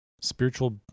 Spiritual